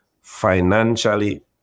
financially